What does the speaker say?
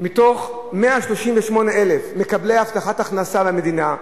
מתוך 138,000 מקבלי הבטחת הכנסה מהמדינה,